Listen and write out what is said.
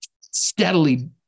steadily